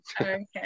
Okay